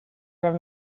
from